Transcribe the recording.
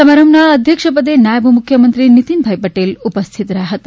સમારંભના અધ્યક્ષપદે નાયબ મુખ્યમંત્રી નિતિન પટેલ ઉપસ્થિત રહ્યા હતા